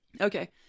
Okay